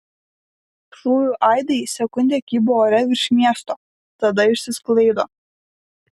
šūvių aidai sekundę kybo ore virš miesto tada išsisklaido